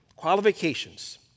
qualifications